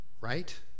right